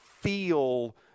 feel